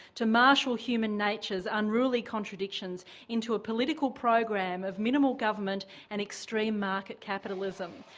to marshal human nature's unruly contradictions into a political program of minimal government and extreme market capitalism.